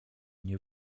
nie